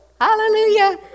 hallelujah